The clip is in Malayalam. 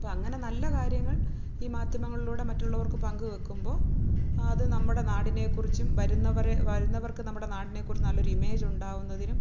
അപ്പം അങ്ങനെ നല്ല കാര്യങ്ങൾ ഈ മാധ്യമങ്ങളിലൂടെ മറ്റുള്ളവർക്ക് പങ്കുവെക്കുമ്പോൾ അത് നമ്മുടെ നാടിനെക്കുറിച്ചും വരുന്നവര് വരുന്നവർക്ക് നമ്മുടെ നാടിനെക്കുറിച്ച് നല്ലൊരു ഇമേജ് ഉണ്ടാവുന്നതിനും